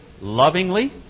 lovingly